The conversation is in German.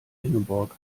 ingeborg